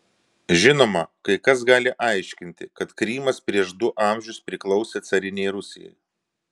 žinoma kai kas gali aiškinti kad krymas prieš du amžius priklausė carinei rusijai